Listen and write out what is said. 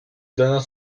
donnant